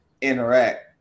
interact